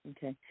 Okay